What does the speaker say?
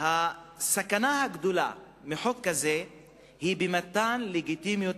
הסכנה הגדולה מחוק כזה היא מתן לגיטימיות